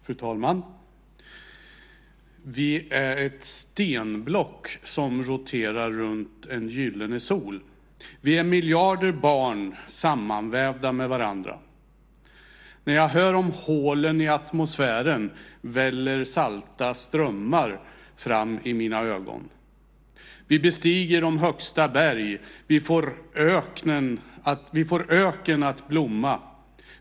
Fru talman! Vi är ett stenblock som roterar runt en gyllene sol. Vi är miljarder barn sammanvävda med varandra. När jag hör om hålen i atmosfären väller salta strömmar fram i mina ögon. Vi bestiger de högsta berg. Vi får öken att blomma.